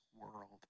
world